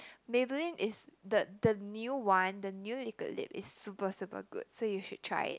Maybelline is the the new one the new liquid lips is super super good so you should try it